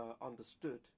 understood